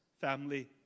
family